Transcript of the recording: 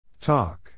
Talk